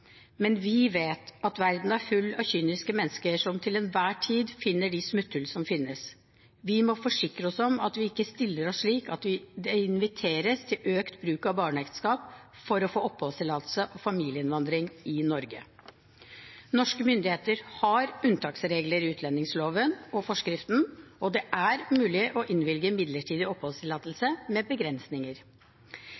Men vi vet at verden er full av kyniske mennesker som til enhver tid finner de smutthullene som finnes. Vi må forsikre oss om at vi ikke stiller oss slik at det inviteres til økt bruk av barneekteskap for å få oppholdstillatelse og familieinnvandring i Norge. Norske myndigheter har unntaksregler i utlendingsloven og forskriften. Det er mulig å innvilge midlertidig oppholdstillatelse